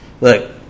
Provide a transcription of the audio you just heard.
Look